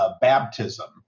baptism